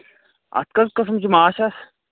اَتھ کٔژ قٕسٕم چھِ ماچھَس